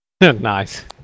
Nice